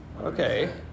Okay